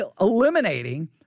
eliminating